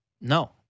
No